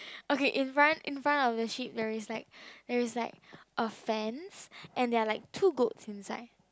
okay in front in front of the sheep there is like there is like a fence and there are like two goat inside